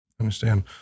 understand